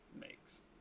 makes